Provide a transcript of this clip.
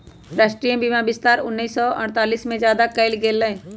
राष्ट्रीय बीमा विस्तार उन्नीस सौ अडतालीस में ज्यादा कइल गई लय